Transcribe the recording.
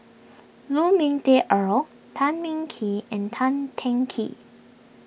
Lu Ming Teh Earl Tan Ming Kee and Tan Teng Kee